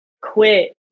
quit